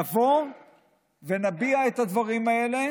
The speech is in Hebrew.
נבוא ונביע את הדברים האלה